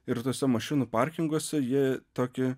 ir tuose mašinų parkinguose jie tokį